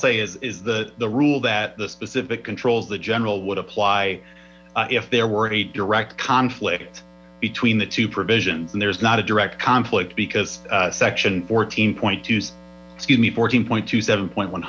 say is that the rule that the specific controls the general would apply if there were a direct conflict between the two provisions and there is not a direct conflict because section fourteen point two excuse me fourteen point seven point one